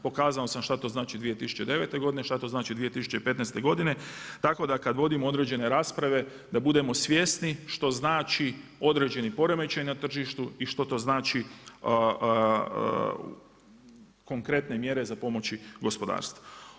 Pokazao sam šta to znači 2009., šta to znači 2015. godine, tako da kada vodimo određene rasprave da budemo svjesni što znači određeni poremećaj na tržištu i što to znači konkretne mjere za pomoći gospodarstvu.